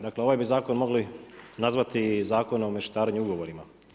Dakle ovaj bi zakon mogli nazvati i zakonu o mešetarenju ugovora.